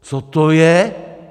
Co to je?